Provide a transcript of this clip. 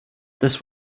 this